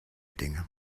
dinge